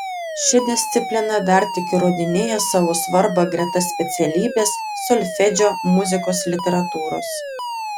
ši disciplina dar tik įrodinėja savo svarbą greta specialybės solfedžio muzikos literatūros